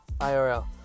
IRL